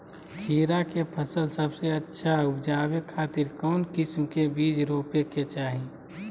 खीरा के फसल सबसे अच्छा उबजावे खातिर कौन किस्म के बीज रोपे के चाही?